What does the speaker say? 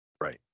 Right